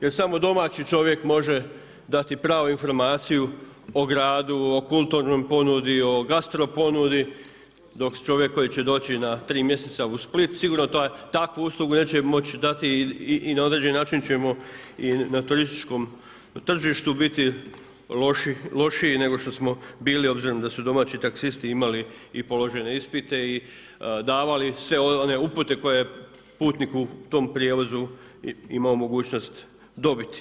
Jer samo domaći čovjek može dati pravu informaciju o gradu, o kulturnoj ponudi, o gastro ponudi, dok čovjek koji će doći na 3 mjeseca u Split sigurno takvu uslugu neće moći dati i na određeni način ćemo i na turističkom tržištu biti lošiji nego što smo bili, obzirom da su domaći taksisti imali i položene ispite i davali sve one upute koje putnik u tom prijevozu imao mogućnost dobiti.